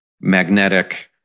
magnetic